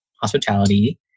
hospitality